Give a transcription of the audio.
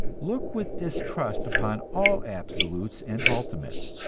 look with distrust upon all absolutes and ultimates,